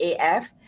AF